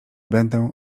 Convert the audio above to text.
będę